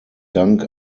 dank